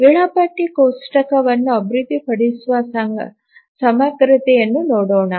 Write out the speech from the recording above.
ವೇಳಾಪಟ್ಟಿ ಕೋಷ್ಟಕವನ್ನು ಅಭಿವೃದ್ಧಿಪಡಿಸುವ ಸಮಗ್ರತೆಯನ್ನು ನೋಡೋಣ